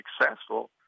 successful